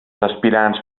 aspirants